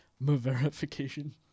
verification